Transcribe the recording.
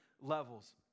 levels